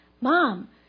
Mom